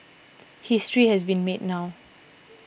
history has been made now